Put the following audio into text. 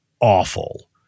awful